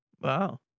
Wow